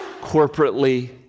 corporately